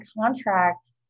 contract